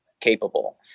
capable